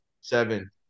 Seven